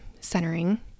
centering